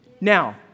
Now